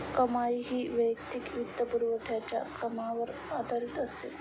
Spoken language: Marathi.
कमाई ही वैयक्तिक वित्तपुरवठ्याच्या कामावर आधारित असते